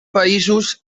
països